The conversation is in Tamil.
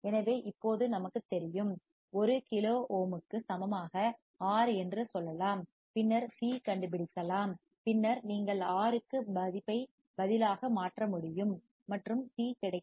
எனவே இப்போது நமக்குத் தெரியும் fc 1 2 πRC 1 கிலோ ஓமுக்கு சமமாக ஆர் R என்று சொல்லலாம் பின்னர் சி கண்டுபிடிக்கலாம் பின்னர் நீங்கள் ஆர் க்கு மதிப்பை பதிலாக மாற்ற முடியும் மற்றும் சி கிடைக்கிறது